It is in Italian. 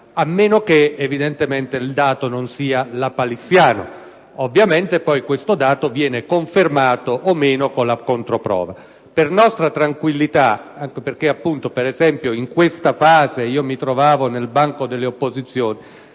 a meno che evidentemente il dato non sia lapalissiano. Ovviamente questo dato viene poi confermato o meno con la controprova. Per nostra tranquillità, tanto perché, per esempio, in questa fase mi trovavo nel banco delle opposizioni,